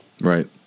Right